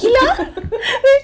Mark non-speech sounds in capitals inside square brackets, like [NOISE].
[LAUGHS]